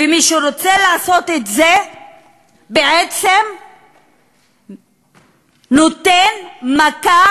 ומי שרוצה לעשות את זה בעצם נותן מכה